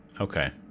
Okay